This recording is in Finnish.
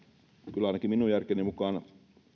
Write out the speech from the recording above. kyllä ainakin minun järkeni mukaan